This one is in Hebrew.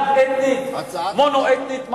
מונו-אתנית?